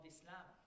Islam